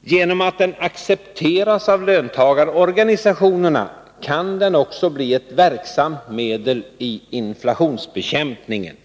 Genom att den accepteras av löntagarorganisationerna kan den också bli ett verksamt medel i inflationsbekämpningen.